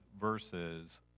versus